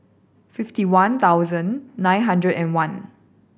fifty one thousand nine hundred and one